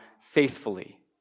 faithfully